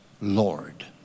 Lord